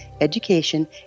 education